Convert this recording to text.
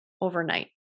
overnight